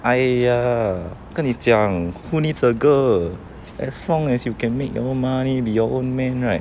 !aiya! 跟你讲 who needs a girl as long as you can make your own money be your own man right